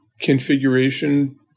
configuration